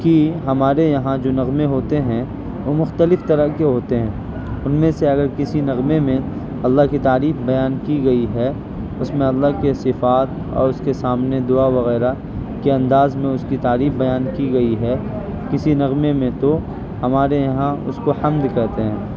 کہ ہمارے یہاں جو نغمے ہوتے ہیں وہ مختلف طرح کے ہوتے ہیں ان میں سے اگر کسی نغمے میں اللہ کی تعریف بیان کی گئی ہے اس میں اللہ کے صفات اور اس کے سامنے دعا وغیرہ کے انداز میں اس کی تعریف بیان کی گئی ہے کسی نغمے میں تو ہمارے یہاں اس کو حمد کہتے ہیں